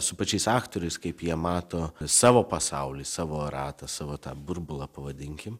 su pačiais aktoriais kaip jie mato savo pasaulį savo ratą savo tą burbulą pavadinkim